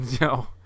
No